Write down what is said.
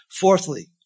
Fourthly